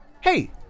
Hey